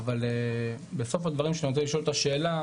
אבל בסוף הדברים שלי אני רוצה לשאול את השאלה: